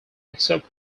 except